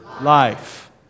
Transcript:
life